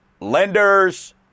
lenders